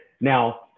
now